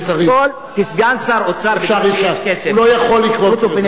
אי-אפשר, הוא לא יכול לקרוא קריאות ביניים.